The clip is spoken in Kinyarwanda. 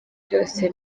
byose